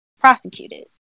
prosecuted